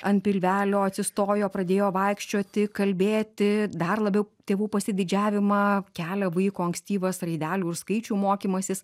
ant pilvelio atsistojo pradėjo vaikščioti kalbėti dar labiau tėvų pasididžiavimą kelia vaiko ankstyvas raidelių ir skaičių mokymasis